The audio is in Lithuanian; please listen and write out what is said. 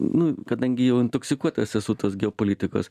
nu kadangi jau intoksikuotas esu tos geopolitikos